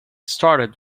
started